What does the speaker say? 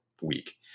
week